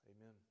Amen